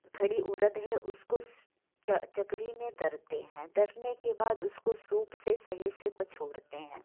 खड़ी उड़द है उसको च चकरी में तरते हैं तरने के बाद उसको सूप से सही से पछोरते हैं